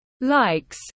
likes